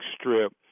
strip